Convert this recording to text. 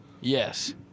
Yes